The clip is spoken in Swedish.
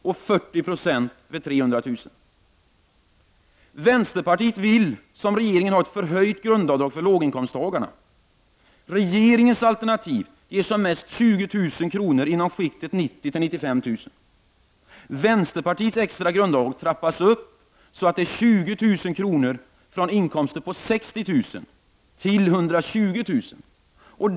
och 40 76 på inkomster över 300 000 kr. Vänsterpartiet vill, liksom regeringen, ha ett förhöjt grundavdrag för låginkomsttagare. Regeringens alternativ ger som mest 20 000 kr. inom skiktet 90 000-95 000 kr. Vänsterpartiets extra grundavdrag trappas upp så att det är 20 000 kr. på inkomster från 60 000 kr. till 120 000 kr.